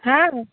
হ্যাঁ